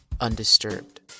undisturbed